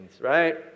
right